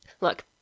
Look